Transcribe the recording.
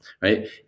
right